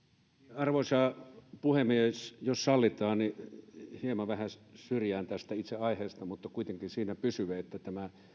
arvoisa puhemies jos sallitaan niin vähän syrjään tästä itse aiheesta mutta kuitenkin siinä pysyen että tämä